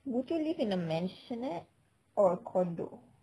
would you live in a maisonette or a condo